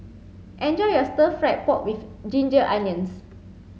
enjoy your stir fried pork with ginger onions